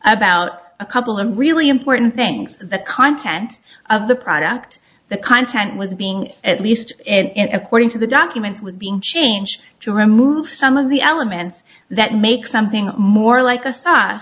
about a couple of really important things the content of the product the content was being at least according to the documents was being changed to remove some of the elements that make something more like